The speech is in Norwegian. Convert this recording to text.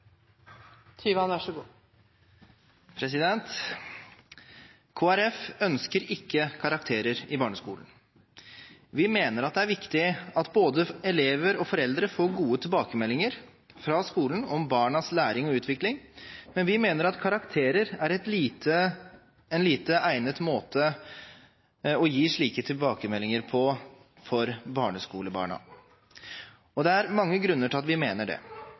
viktig at både elever og foreldre får gode tilbakemeldinger fra skolen om barnas læring og utvikling, men vi mener at karakterer er en lite egnet måte å gi slike tilbakemeldinger på for barneskolebarn. Det er mange grunner til at vi mener det.